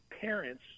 parents